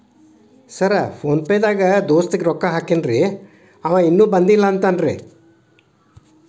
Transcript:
Sir PhonePe ದಾಗ ದೋಸ್ತ್ ಗೆ ರೊಕ್ಕಾ ಹಾಕೇನ್ರಿ ಅಂವ ಇನ್ನು ಬಂದಿಲ್ಲಾ ಅಂತಾನ್ರೇ?